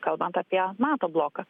kalbant apie nato bloką